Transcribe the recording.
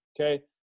okay